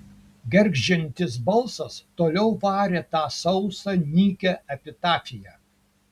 gergždžiantis balsas toliau varė tą sausą nykią epitafiją